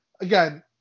again